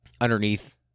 underneath